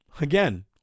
Again